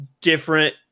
different